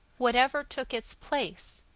whatever took its place,